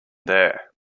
there